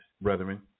brethren